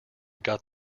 got